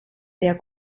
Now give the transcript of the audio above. der